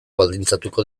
baldintzatuko